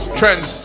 trends